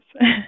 Yes